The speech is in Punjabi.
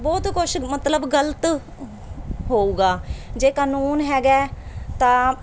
ਬਹੁਤ ਕੁਛ ਮਤਲਬ ਗਲਤ ਹੋਊਗਾ ਜੇ ਕਾਨੂੰਨ ਹੈਗਾ ਤਾਂ